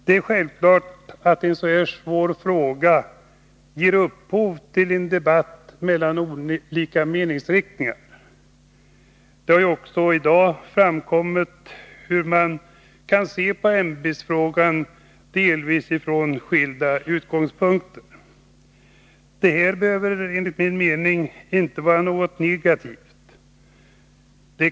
Det är självklart att en så här svår fråga ger upphov till debatt mellan olika meningsriktningar. Det har också i dag framkommit att man kan se på ämbetsfrågan från delvis skilda utgångspunkter. Det behöver enligt min mening inte vara något negativt.